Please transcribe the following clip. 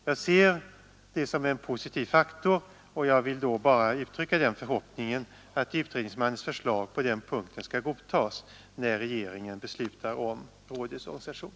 Jag ser det som en positiv faktor och vill bara uttrycka förhoppningen att utredningsmannens förslag på den punkten skall godtas när regeringen beslutar om rådets organisation.